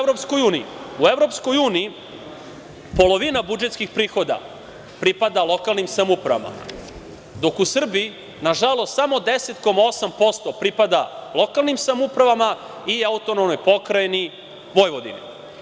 U EU polovina budžetskih prihoda pripada lokalnim samoupravama, dok u Srbiji, nažalost, samo 10,8% pripada lokalnim samoupravama i AP Vojvodini.